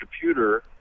computer